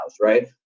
right